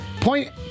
point